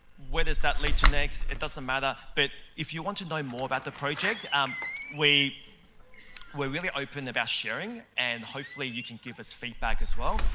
where does that lead to next? it doesn't matter but if you want to know more about the project um we are really open about sharing and hopefully you can give us feedback as well.